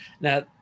now